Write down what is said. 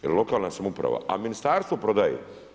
Jel lokalna samouprava, a ministarstvo prodaje.